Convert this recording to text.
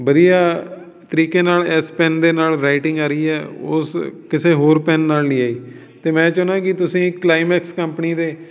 ਵਧੀਆ ਤਰੀਕੇ ਨਾਲ ਇਸ ਪੈੱਨ ਦੇ ਨਾਲ ਰਾਈਟਿੰਗ ਆ ਰਹੀ ਹੈ ਉਸ ਕਿਸੇ ਹੋਰ ਪੈੱਨ ਨਾਲ ਨਹੀਂ ਆਈ ਅਤੇ ਮੈਂ ਚਾਹੁੰਦਾ ਕਿ ਤੁਸੀਂ ਕਲਾਈਮੈਕਸ ਕੰਪਨੀ ਦੇ